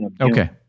Okay